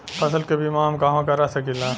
फसल के बिमा हम कहवा करा सकीला?